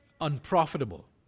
unprofitable